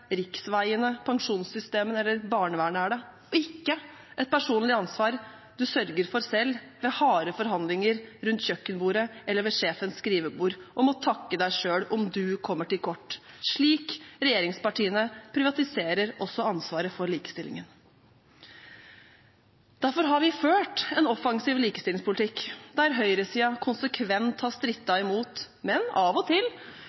riksveiene, pensjonssystemene eller barnevernet er det, og ikke et personlig ansvar du sørger for selv ved harde forhandlinger rundt kjøkkenbordet eller ved sjefens skrivebord, og må takke deg selv om du kommer til kort – slik regjeringspartiene også privatiserer ansvaret for likestillingen. Derfor har vi ført en offensiv likestillingspolitikk der høyresiden konsekvent har strittet imot, men av og til